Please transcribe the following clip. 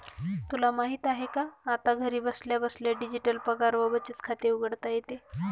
तुला माहित आहे का? आता घरी बसल्या बसल्या डिजिटल पगार व बचत खाते उघडता येते